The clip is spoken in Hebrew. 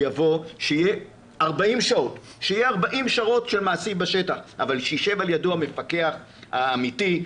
שיהיו 40 שעות של מעשי בשטח אבל שיישב לידו המפקח האמתי,